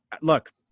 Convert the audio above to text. look